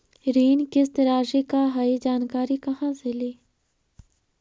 ऋण किस्त रासि का हई जानकारी कहाँ से ली?